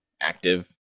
active